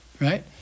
right